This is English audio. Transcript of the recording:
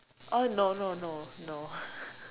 oh no no no no